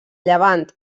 llevant